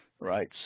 Right